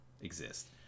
Exist